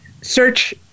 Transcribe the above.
search